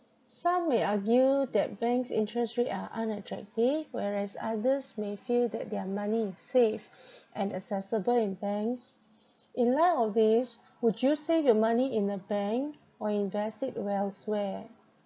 some may argue that bank's interest rate are unattractive whereas others may feel that their money is safe and accessible in banks in light of this would you save your money in a bank or invest it elsewhere